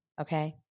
okay